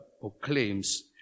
proclaims